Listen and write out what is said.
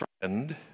friend